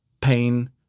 pain